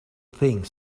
thing